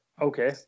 Okay